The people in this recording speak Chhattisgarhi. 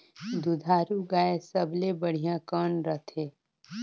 दुधारू गाय सबले बढ़िया कौन रथे?